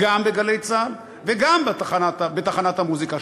גם ב"גלי צה"ל" וגם בתחנת המוזיקה,